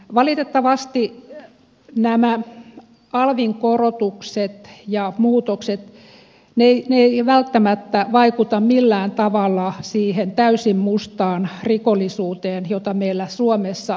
valitettavasti nämä alvin korotukset ja muutokset eivät välttämättä vaikuta millään tavalla siihen täysin mustaan rikollisuuteen jota meillä suomessa on